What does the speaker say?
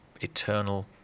eternal